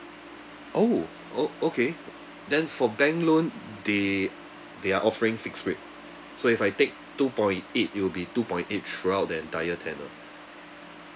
oh o~ okay then for bank loan they they are offering fixed rate so if I take two point eight it will be two point eight throughout the entire tenure